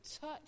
touch